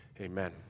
Amen